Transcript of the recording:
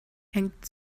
hängt